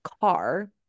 car